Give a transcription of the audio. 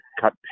cut